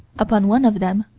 upon one of them,